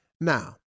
Now